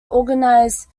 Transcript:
organise